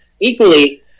equally